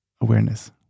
awareness